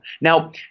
Now